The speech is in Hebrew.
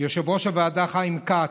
יושב-ראש הוועדה חיים כץ,